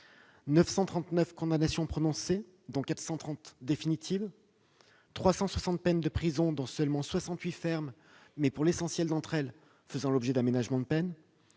939 condamnations, dont 430 définitives ; 360 peines de prison, dont seulement 68 fermes, mais, pour l'essentiel d'entre elles, faisant l'objet d'aménagements ; et